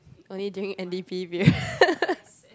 only during n_d_p period